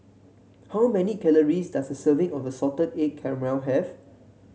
how many calories does a serving of Salted Egg Calamari have